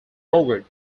bogart